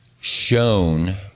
shown